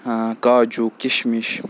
کاجوٗ کِشمِش